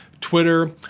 Twitter